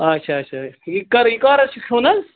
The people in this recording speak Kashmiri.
آچھا آچھا یہِ کَر یہِ کَر حظ چھُ کھیوٚن حظ